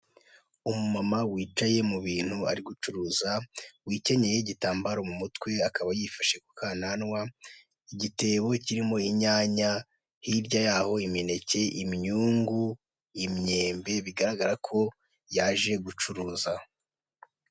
Umumama wicaye mu bintu ari gucuruza, wikenyeye igitambaro mu mutwe, akaba yifashe ku kananwa, igitebo kirimo inyanya, hirya y'aho imineke, imyungu, imyembe, bigaragara ko yaje gucuruza.